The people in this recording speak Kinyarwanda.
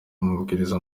amubwira